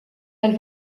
elle